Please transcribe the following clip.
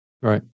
Right